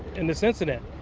and this incident.